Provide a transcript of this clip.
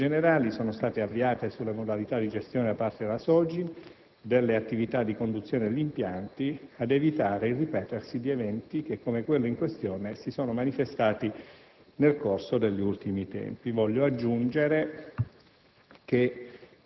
Verifiche più generali sono state avviate sulle modalità di gestione da parte della SOGIN delle attività di conduzione degli impianti, ad evitare il ripetersi di eventi che, come quello in questione, si sono manifestati nel corso degli ultimi tempi.